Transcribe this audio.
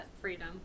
freedom